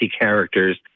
characters